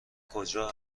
کجا